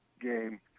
game